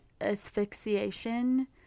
asphyxiation